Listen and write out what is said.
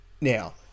now